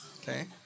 Okay